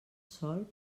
sol